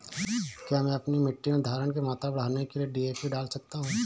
क्या मैं अपनी मिट्टी में धारण की मात्रा बढ़ाने के लिए डी.ए.पी डाल सकता हूँ?